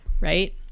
right